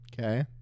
Okay